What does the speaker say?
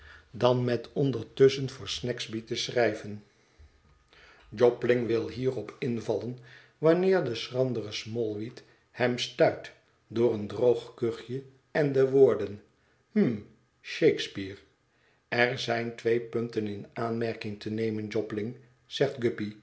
dan met ondertusschen voor snagsby te schrijven jobling wil hierop invallen wanneer de schrandere smallweed hem stuit door een droog kuchje en de woorden hm shakspeare er zijn twee punten in aanmerking te nemen jobling zegt